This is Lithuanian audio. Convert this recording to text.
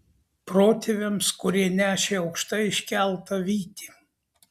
protėviams kurie nešė aukštai iškeltą vytį